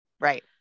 right